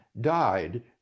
died